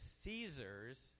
Caesars